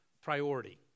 priority